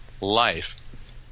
life